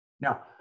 Now